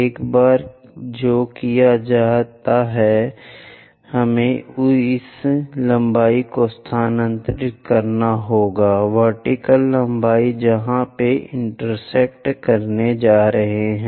एक बार जो किया जाता है हमें इस लंबाई को स्थानांतरित करना होगा वर्टीकल लंबाई जहां वे इंटेरसेक्ट करने जा रहे हैं